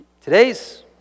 today's